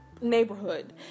neighborhood